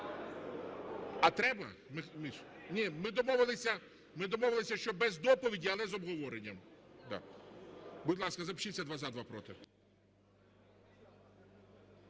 А треба? Ні, ми домовилися, що без доповіді, але з обговоренням. Будь ласка, запишіться: два – за, два – проти.